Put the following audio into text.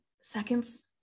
seconds